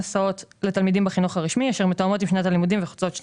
פעולות הניהול העצמי בחינוך ופעולות לקליטת